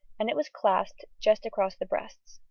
and it was clasped just across the breasts.